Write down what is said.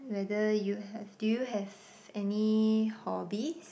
whether you have do you have any hobbies